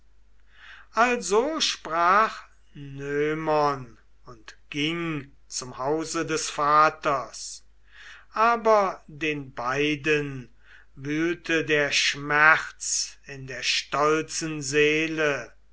also sprach noemon und ging zum hause des vaters aber den beiden wühlte der schmerz in der stolzen seele